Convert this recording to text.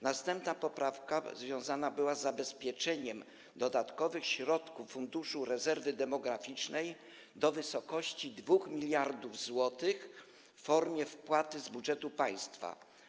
Następna poprawka była związana z zabezpieczeniem dodatkowych środków Funduszu Rezerwy Demograficznej do wysokości 2 mld zł w formie wpłaty z budżetu państwa.